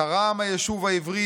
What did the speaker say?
תרם הישוב העברי